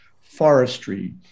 forestry